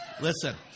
Listen